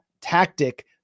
tactic